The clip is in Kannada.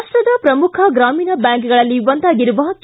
ರಾಪ್ಟದ ಪ್ರಮುಖ ಗ್ರಾಮೀಣ ಬ್ಯಾಂಕ್ಗಳಲ್ಲಿ ಒಂದಾಗಿರುವ ಕೆ